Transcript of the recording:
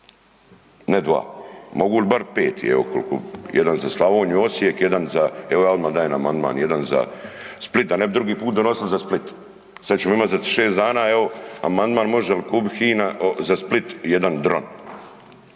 ne dva, mogu li bar 5, jedan za Slavoniju, Osijek, jedan za, evo ja odmah dajem amandman jedan za Split, a ne bi drugi put donosili za Split, sad ćemo imati za 6 dana evo, amandman može li kupiti HINA za Split jedan dron,